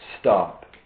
stop